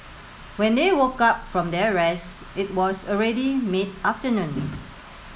when they woke up from their rest it was already mid afternoon